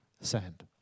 sand